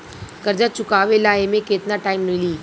कर्जा चुकावे ला एमे केतना टाइम मिली?